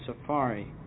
Safari